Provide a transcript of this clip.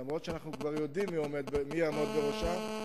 אם כי אנחנו כבר יודעים מי יעמוד בראשה,